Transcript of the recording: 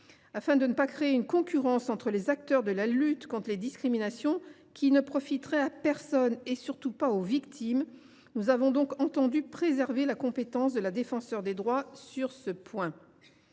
Afin de ne pas créer de concurrence entre les acteurs de la lutte contre les discriminations – une telle concurrence ne profiterait à personne, surtout pas aux victimes –, nous avons donc entendu préserver la compétence de la Défenseure des droits sur ce point.